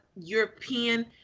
European